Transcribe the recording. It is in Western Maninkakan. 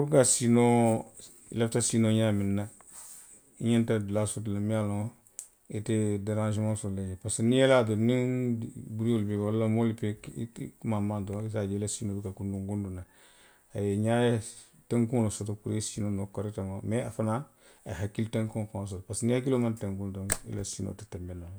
Puru ka siinoo, i lafita siinoo la ňaamiŋ na, i ňanta dulaa soto la miŋ ye a loŋ, ite deransomaŋo soto la jee. parisiko niŋ i ye i laa jee, niŋ buruwiyoolu be i baala, walla moo le ka i ki, i ki. ke, i maamaŋ doruŋ, i se a je i la siinoo bukara kuntuŋ kuntuŋ na le a ye ňaala tenkuŋo le soto puru i ye siinoo noo korekitomaŋ. Mee fanaŋ. a fanaŋ, a ye hajjilki tenkuŋo faŋ soto le. Parisiko niŋ i hakkiloo maŋ tenkuŋ doroŋ. i la siinoo te tenbe noo la